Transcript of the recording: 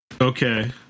Okay